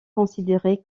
considéré